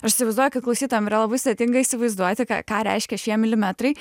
aš įsivaizduoju kad klausytojam yra labai sudėtinga įsivaizduoti ką reiškia šie milimetrai